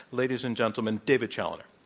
ladies and gentlemen, david challoner.